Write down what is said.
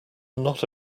not